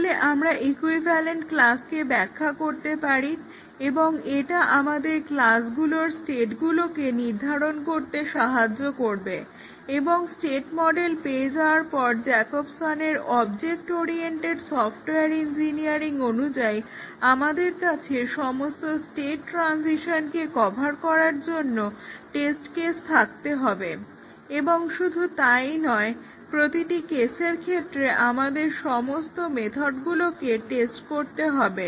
তাহলে আমরা ইকুইভালেন্ট ক্লাসকে ব্যাখা করতে পারি এবং এটা আমাদেরকে ক্লাসগুলোর স্টেটগুলোকে নির্ধারণ করতে সাহায্য করবে এবং স্টেট মডেল পেয়ে যাওয়ার পর জ্যাকবসনের অবজেক্ট ওরিয়েন্টেড সফটওয়্যার ইঞ্জিনিয়ারিং অনুযায়ী আমাদের কাছে সমস্ত স্টেট ট্রানসিশনকে কভার করার জন্য টেস্ট কেস থাকতে হবে এবং শুধু তাই নয় প্রতিটি কেসের ক্ষেত্রে আমাদেরকে সমস্ত মেথডগুলোকে টেস্ট করতে হবে